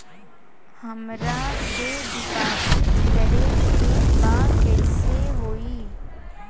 हमरा के डिपाजिट करे के बा कईसे होई?